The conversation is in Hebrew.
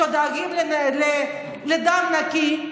שדואגים לדם נקי,